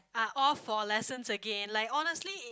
are all for lessons again like honestly